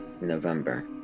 November